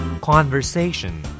Conversation